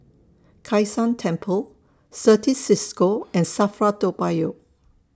Kai San Temple Certis CISCO and SAFRA Toa Payoh